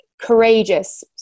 courageous